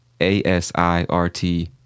ASIRT